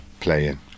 playing